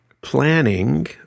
Planning